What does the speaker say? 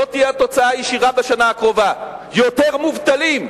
זו תהיה התוצאה הישירה בשנה הקרובה: יותר מובטלים.